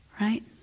right